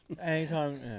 Anytime